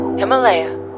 Himalaya